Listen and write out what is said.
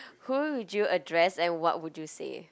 who would you address and what would you say